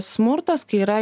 smurtas kai yra